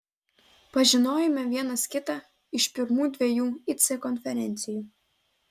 pažinojome vienas kitą iš pirmų dviejų ic konferencijų